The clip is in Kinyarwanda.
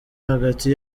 hagati